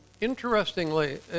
interestingly